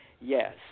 yes